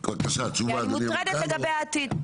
כי אני מוטרדת לגבי העתיד.